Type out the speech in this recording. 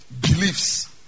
Beliefs